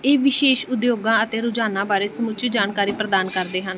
ਇਹ ਵਿਸ਼ੇਸ਼ ਉਦਯੋਗਾਂ ਅਤੇ ਰੁਝਾਨਾਂ ਬਾਰੇ ਸਮੁੱਚੀ ਜਾਣਕਾਰੀ ਪ੍ਰਦਾਨ ਕਰਦੇ ਹਨ